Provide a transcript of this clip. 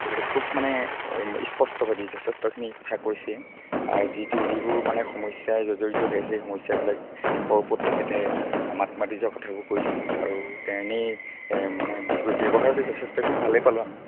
তেখেতে খুব মানে স্পষ্টকৈ যথেষ্টখিনি কথা কৈছে আৰু যিটো যিবোৰ মানে সমস্যাই জড়িত হৈ আছে সেই সমস্যাবিলাকৰ ওপৰত তেখেতে মাত মাতি যোৱাৰ কথাবোৰ কৈছে আৰু তেনেই মানে ব্যৱহাৰতে যথেষ্টখিনি ভালেই পালোঁ আমি